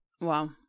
Wow